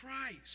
Christ